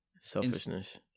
Selfishness